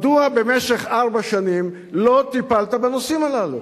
מדוע במשך ארבע שנים לא טיפלת בנושאים האלה?